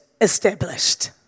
established